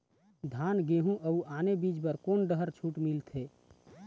धान गेहूं अऊ आने बीज बर कोन डहर छूट मिलथे?